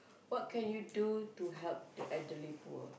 what can you do to help the elderly poor